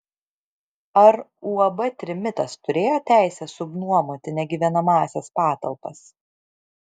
ar uab trimitas turėjo teisę subnuomoti negyvenamąsias patalpas